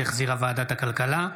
שהחזירה ועדת הכלכלה.